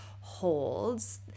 holds